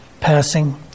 passing